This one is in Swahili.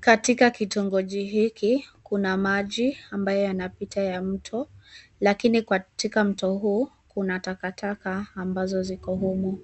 Katika kitongoji hiki kuna maji ambayo yanapita ya mto lakini katika mto huu kuna taka taka ambazo ziko humu.